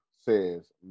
says